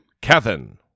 Kevin